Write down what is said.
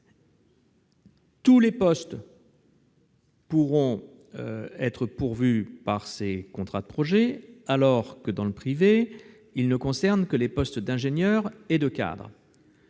tous les postes pourront être pourvus par ces contrats de projet, alors que, dans le privé, ils ne concernent que les postes d'ingénieur et de cadre.